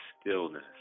stillness